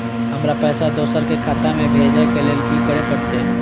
हमरा पैसा दोसर के खाता में भेजे के लेल की करे परते?